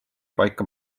paika